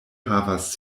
havas